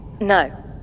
No